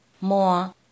more